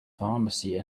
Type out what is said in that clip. pharmacy